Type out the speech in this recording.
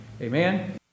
Amen